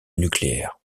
nucléaire